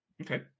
Okay